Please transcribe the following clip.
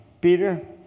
Peter